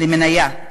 למניה.